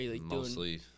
Mostly